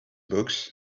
books